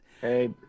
hey